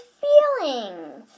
feelings